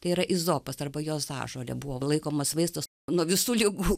tai yra izotopas arba juozažolė buvo laikomas vaistas nuo visų ligų